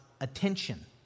attention